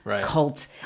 cult